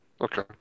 Okay